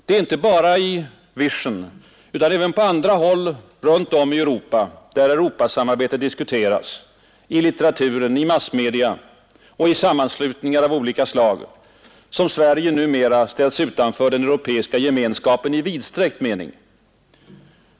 Det är inte bara i ”Vision” utan även på andra håll runt om i Europa, där Europasamarbetet diskuteras — i litteraturen, i massmedia och i sammanslutningar av olika slag — som Sverige numera ställs utanför den europeiska gemenskapen i vidsträckt mening.